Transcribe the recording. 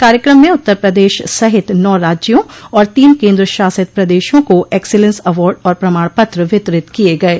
कार्यक्रम में उत्तर प्रदेश सहित नौ राज्यों और तीन केन्द्र शासित प्रदेशों को एक्सीलेंस आवार्ड और प्रमाण पत्र वितरित किये गये